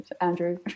Andrew